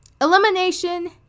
Elimination